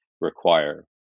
require